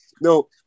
no